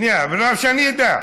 שנייה, שאני אדע.